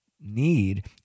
need